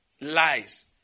Lies